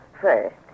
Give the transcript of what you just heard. First